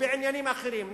ובעניינים אחרים,